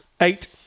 Eight